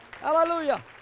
Hallelujah